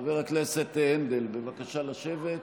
חבר הכנסת הנדל, בבקשה לשבת.